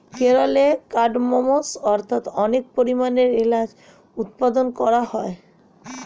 কেরলে কার্ডমমস্ অর্থাৎ অনেক পরিমাণে এলাচ উৎপাদন করা হয়